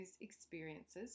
experiences